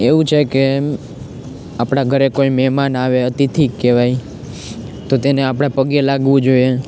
એવું છે કે આપણા ઘરે કોઈ મહેમાન આવે અતિથિ કહેવાય તો તેને આપણે પગે લાગવું જોઈએ